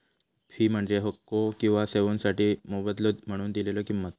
fee म्हणजे हक्को किंवा सेवोंसाठी मोबदलो म्हणून दिलेला किंमत